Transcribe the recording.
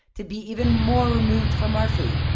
to be even more removed from our food,